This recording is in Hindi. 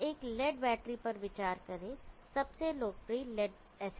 अब एक लेड एसिड बैटरी पर विचार करें सबसे लोकप्रिय लेड एसिड बैटरी